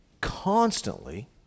constantly